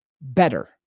better